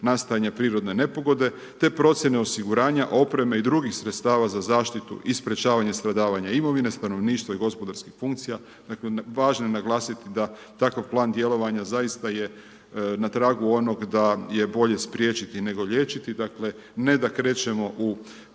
nastajanje prirodne nepogode, te procjene osiguranje opreme i drugih sredstava za zaštitu i sprječavanje i stradavanje imovine, stanovništva i gospodarskih funkcija, važno je naglasiti, da takav plan djelovanja, zaista je na tragu onog da je bolje spriječiti nego liječiti, ne da krećemo u